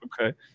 Okay